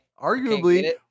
Arguably